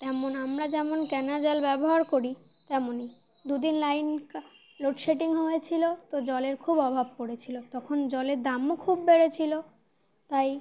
তেমন আমরা যেমন কেনা জাল ব্যবহার করি তেমনই দুদিন লাইন লোডশেডিং হয়েছিলো তো জলের খুব অভাব পড়েছিলো তখন জলের দামও খুব বেড়েছিলো তাই